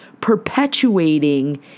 perpetuating